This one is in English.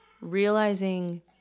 realizing